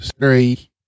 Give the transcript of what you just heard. three